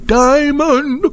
diamond